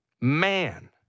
Man